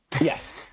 Yes